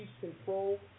control